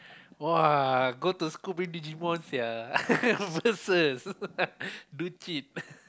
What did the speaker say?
!wah! go to school bring Digimon sia versus do cheat